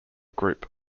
group